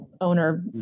owner